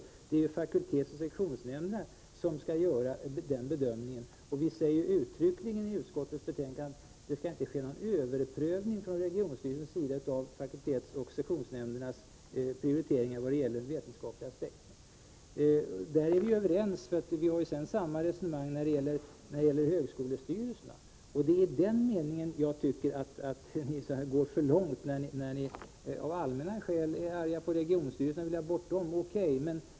Det är ju fakultets sektionsnämndernas prioriteringar när det gäller den vetenskapliga aspekten. Därvidlag är vi ju överens. Vi har sedan samma resonemang i fråga om högskolestyrelserna. Jag tycker att ni går för långt när ni av allmänna skäl är arga på regionstyrelserna och vill ha bort dem. O.K.